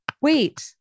Wait